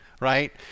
right